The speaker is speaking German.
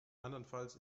andernfalls